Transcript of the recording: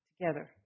together